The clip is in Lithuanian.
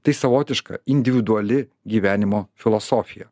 tai savotiška individuali gyvenimo filosofija